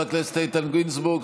תודה רבה לחבר הכנסת איתן גינזבורג.